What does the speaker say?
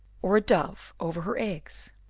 or a dove over her eggs.